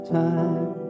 time